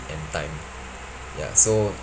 and time ya so